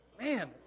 Man